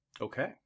Okay